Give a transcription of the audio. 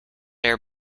air